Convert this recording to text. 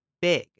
big